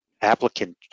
applicant